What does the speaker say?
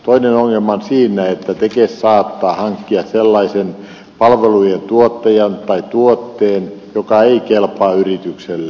toinen ongelma on siinä että tekes saattaa hankkia sellaisen palvelujen tuottajan tai tuotteen joka ei kelpaa yritykselle